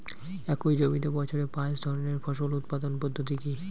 একই জমিতে বছরে পাঁচ ধরনের ফসল উৎপাদন পদ্ধতি কী?